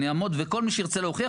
וכל מי שירצה שאני אוכיח,